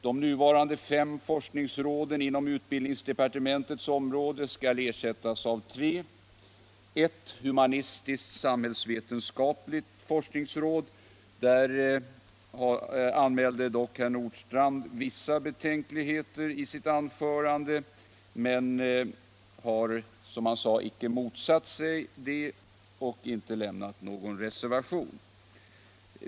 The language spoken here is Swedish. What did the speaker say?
De nuvarande fem forskningsråden inom utbildningsdepartements område skall ersättas av tre. Det blir ett humanistiskt-samhällsvetenskapligt forskningsråd. Beträffande detta anmälde herr Nordstrandh vissa betänkligheter i sitt anförande, men han har inte motsatt sig förslaget och inte skrivit någon reservation.